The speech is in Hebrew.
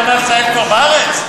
כבוד השר,